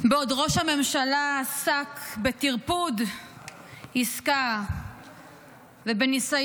בעוד ראש הממשלה עסק בטרפוד עסקה ובניסיון